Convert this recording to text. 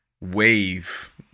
wave